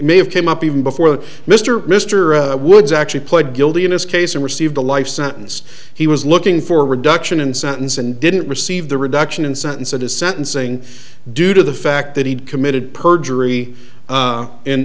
may have came up even before the mr mr woods actually pled guilty in this case and received a life sentence he was looking for a reduction in sentence and didn't receive the reduction in sentence of his sentencing due to the fact that he'd committed perjury